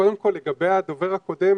קודם כל לגבי הדובר הקודם,